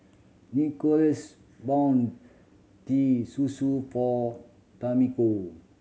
Nicholas bought Teh Susu for Tamiko